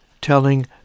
Telling